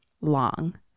long